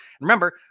remember